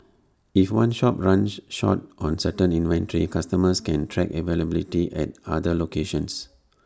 if one shop runs short on certain inventory customers can track availability at other locations